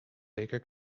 baker